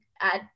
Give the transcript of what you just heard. add